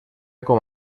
com